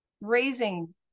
raising